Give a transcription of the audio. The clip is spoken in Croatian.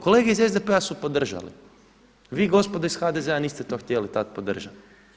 Kolege iz SDP-a su podržale, vi gospodo iz HDZ-a niste to htjeli tada podržati.